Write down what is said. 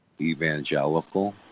Evangelical